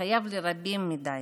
לרבים מדי.